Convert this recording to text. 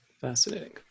Fascinating